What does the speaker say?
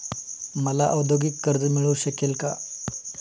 मला औद्योगिक कर्ज मिळू शकेल का?